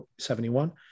71